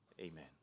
amen